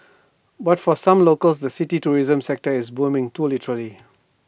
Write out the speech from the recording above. but for some locals the city's tourism sector is booming too literally